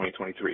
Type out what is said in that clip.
2023